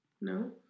No